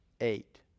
eight